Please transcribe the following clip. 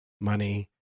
money